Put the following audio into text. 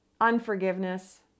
unforgiveness